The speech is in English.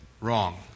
wrong